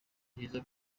byiza